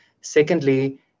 Secondly